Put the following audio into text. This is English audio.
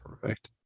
Perfect